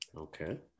Okay